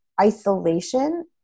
Isolation